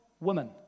women